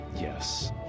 yes